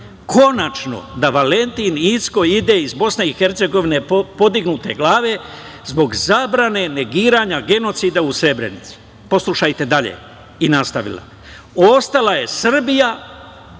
„Konačno da Valentin Inzko ide iz Bosne i Hercegovine podignute glave zbog zabrane negiranja genocida u Srebrenici“. Poslušajte dalje, i nastavila: „Ostala je Srbija